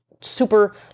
super